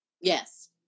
Yes